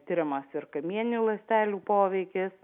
tiriamas ir kamieninių ląstelių poveikis